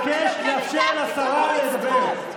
אני מבקש לאפשר לשרה לדבר.